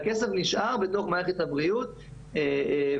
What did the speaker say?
והכסף נשאר בתוך מערכת הבריאות ולטובתה.